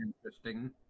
Interesting